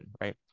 Right